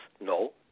No